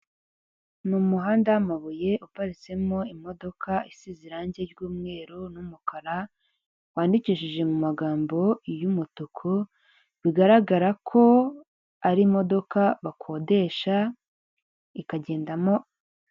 Ni umuhanda w'amabuye uparitsemo imodoka isize irangi ry'umweru n'umukara, wandikishije mu magambo y'umutuku, bigaragara ko ari imodoka bakodesha ikagendamo,